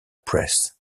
press